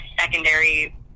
secondary